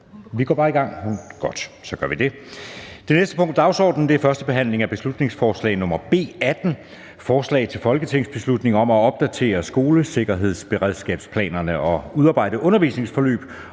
ministeren og tak til spørgeren. --- Det næste punkt på dagsordenen er: 3) 1. behandling af beslutningsforslag nr. B 18: Forslag til folketingsbeslutning om at opdatere skolesikkerhedsberedskabsplanerne og udarbejde undervisningsforløb